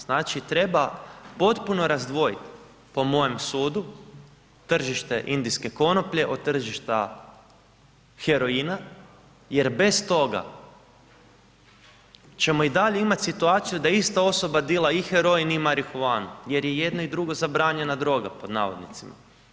Znači, treba potpuno razdvojit, po mojem sudu, tržište indijske konoplje od tržišta heroina jer bez toga ćemo i dalje imat situaciju da ista osoba dila i heroin i marihuanu jer je i jedno i drugo zabranjena droga pod navodnicima.